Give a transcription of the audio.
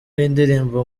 y’indirimbo